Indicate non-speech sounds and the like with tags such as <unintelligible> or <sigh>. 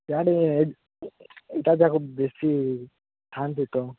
ଇଆଡ଼େ <unintelligible> ବେଶୀ ଖାଆନ୍ତି ତ